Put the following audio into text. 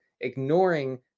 ignoring